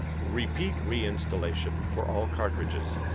repeat reinstallation for all cartridges.